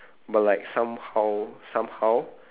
but like somehow somehow